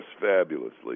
fabulously